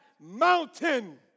mountain